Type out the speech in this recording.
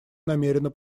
намерена